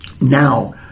Now